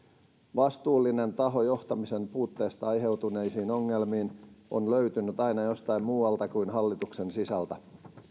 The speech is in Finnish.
vastuullinen taho johtamisen puutteesta aiheutuneisiin ongelmiin on löytynyt aina jostain muualta kuin hallituksen sisältä